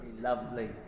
Lovely